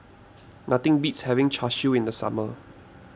nothing beats having Char Siu in the summer